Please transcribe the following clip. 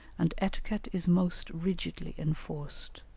and etiquette is most rigidly enforced.